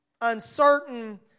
Uncertain